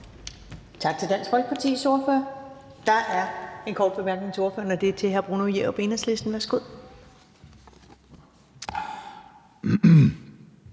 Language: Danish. Tak til Dansk Folkepartis ordfører. Der er en kort bemærkning til ordføreren fra hr. Bruno Jerup, Enhedslisten. Værsgo.